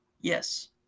Yes